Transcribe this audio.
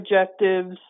objectives